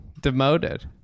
demoted